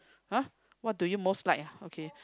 !huh! what do you most like ah okay